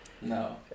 No